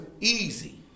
easy